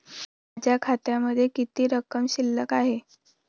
माझ्या खात्यामध्ये किती रक्कम शिल्लक आहे?